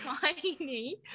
tiny